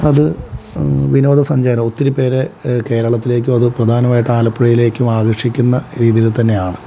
അത് വിനോദസഞ്ചാരം ഒത്തിരി പേരെ കേരളത്തിലേക്ക് അത് പ്രധാനമായിട്ടും ആലപ്പുഴയിലേക്ക് ആഘോഷിക്കുന്ന രീതിയിൽ തന്നെയാണ്